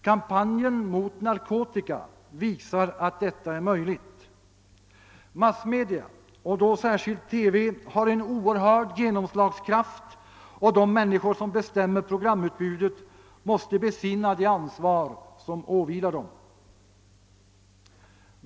Kampanjen mot narkotika visar att detta är möjligt. Massmedia, särskilt TV, har en oerhörd genomslagskraft, och de människor som bestämmer programutbudet måste besinna det ansvar som åvilar dem.